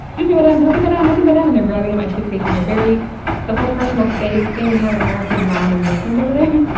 excuse me, madame, help you madame, help you madame! and they're grabbing at my suitcase and they're very the whole personal space thing we have in america nonexistent over there.